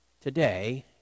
today